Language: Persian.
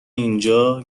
اینجا